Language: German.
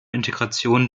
integration